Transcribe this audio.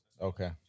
okay